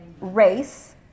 race